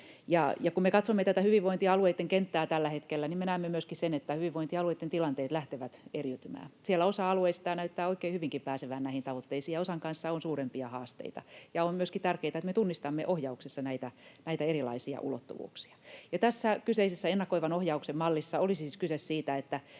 Kun me katsomme hyvinvointialueitten kenttää tällä hetkellä, niin me näemme myöskin sen, että hyvinvointialueitten tilanteet lähtevät eriytymään. Siellä osa alueista jo näyttää oikein hyvinkin pääsevän näihin tavoitteisiin, ja osan kanssa on suurempia haasteita. On myöskin tärkeätä, että me tunnistamme ohjauksessa näitä erilaisia ulottuvuuksia. Tässä kyseisessä ennakoivan ohjauksen mallissa oli siis kyse siitä, että